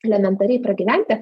elementariai pragyventi